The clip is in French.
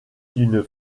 d’une